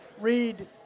read